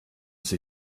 sie